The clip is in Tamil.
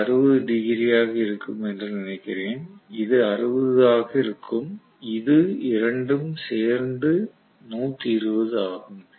இது 60 ஆக இருக்கும் என்று நினைக்கிறேன் இது 60 ஆக இருக்கும் இது இரண்டும் சேர்ந்து 120 ஆகும்